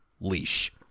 leash